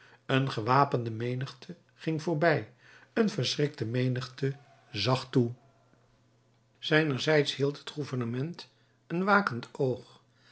een gewapende menigte ging voorbij een verschrikte menigte zag toe zijnerzijds hield het gouvernement een wakend oog